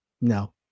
No